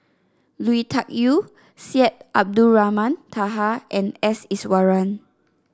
Lui Tuck Yew Syed Abdulrahman Taha and S Iswaran